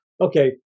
Okay